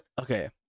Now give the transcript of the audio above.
Okay